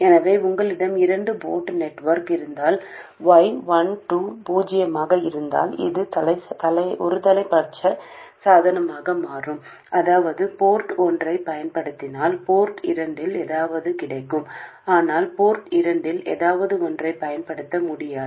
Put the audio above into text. எனவே உங்களிடம் இரண்டு போர்ட் நெட்வொர்க் இருந்தால் y 12 பூஜ்ஜியமாக இருந்தால் அது ஒருதலைப்பட்ச சாதனமாக மாறும் அதாவது போர்ட் ஒன்றைப் பயன்படுத்தினால் போர்ட் இரண்டில் ஏதாவது கிடைக்கும் ஆனால் போர்ட் இரண்டில் ஏதாவது ஒன்றைப் பயன்படுத்த முடியாது